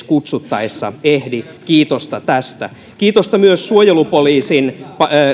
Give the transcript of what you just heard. kutsuttaessa edes ehdi kiitosta tästä kiitosta myös suojelupoliisin